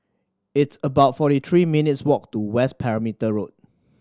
it's about forty three minutes' walk to West Perimeter Road